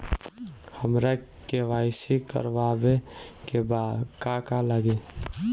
हमरा के.वाइ.सी करबाबे के बा का का लागि?